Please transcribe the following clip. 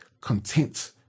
content